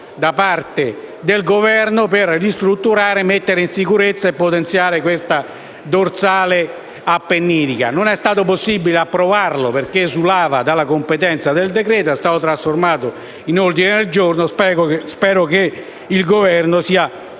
da parte del Governo per ristrutturare, mettere in sicurezza e potenziare questa dorsale appenninica: no, non è stato possibile approvarlo perché esulava dalla competenza del decreto-legge ed è stato quindi trasformato in ordine del giorno. Spero che il Governo sia